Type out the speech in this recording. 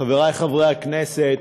חברי חברי הכנסת,